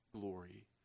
glory